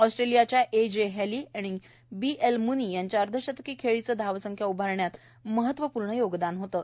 ऑस्ट्रेलियाच्या A J Healy आणि B L Mooney यांच्या अर्धशतकी खेळीचं धावसंख्या उभारण्यात महत्व पूर्ण योगदान होतं